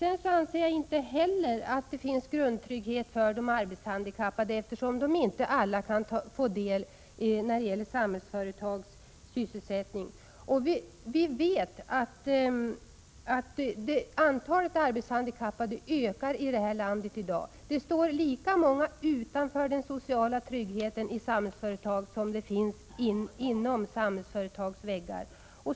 Jag anser inte heller att det finns någon grundtrygghet för de arbetshandikappade, eftersom de inte får del av Samhällsföretags sysselsättning. Vi vet att antalet arbetshandikappade ökar i detta land i dag. Lika många är utanför den sociala tryggheten i Samhällsföretag som det finns människor inom Samhällsföretags väggar.